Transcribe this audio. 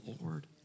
Lord